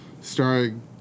Starring